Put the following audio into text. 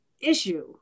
issue